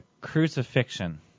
crucifixion